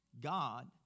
God